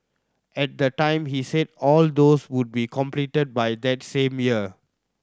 at the time he said all those would be completed by that same year